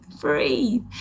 breathe